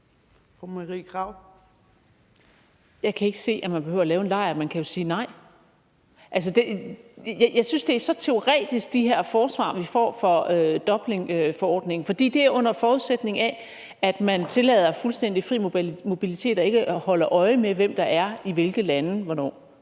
Jeg kan ikke se, at man behøver at lave en lejr. Man kan jo sige nej. Jeg synes, de her forsvar, vi får for Dublinforordningen, er så teoretiske. For det er under forudsætning af, at man tillader fuldstændig fri mobilitet og ikke holder øje med, hvem der er i hvilke lande hvornår.